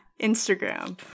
Instagram